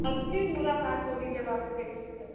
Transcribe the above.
अब फिर मुलाकात होगी जब आप कहेंगी तब